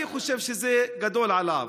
אני חושב שזה גדול עליו.